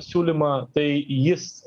siūlymą tai jis